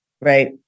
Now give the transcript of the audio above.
right